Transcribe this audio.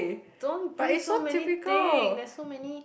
don't bring so many thing there's so many